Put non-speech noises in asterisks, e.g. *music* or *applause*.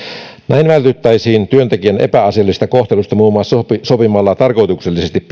näin vältyttäisiin työntekijän epäasialliselta kohtelulta muun muassa siltä että sovitaan tarkoituksellisesti *unintelligible*